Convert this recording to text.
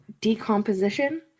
decomposition